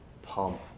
pump